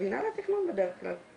מינהל התכנון בדרך כלל.